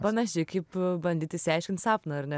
panašiai kaip bandyt išsiaiškint sapną ar ne